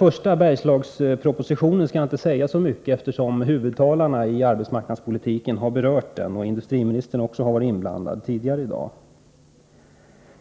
Om Bergslagspropositionen skall jag inte säga så mycket, eftersom huvudtalarna i den arbetsmarknadspolitiska debatten har berört den. Även industriministern har varit inblandad tidigare i dag.